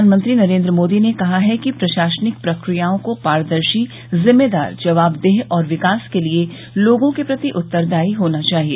प्रधानमंत्री नरेन्द्र मोदी ने कहा है कि प्रशासनिक प्रक्रियाओं को पारदर्शी जिम्मेदार जवाबदेह और विकास के लिए लोगों के प्रति उत्तरदायी होना चाहिए